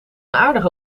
aardige